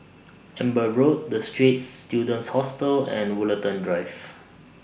Amber Road The Straits Students Hostel and Woollerton Drive